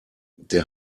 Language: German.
der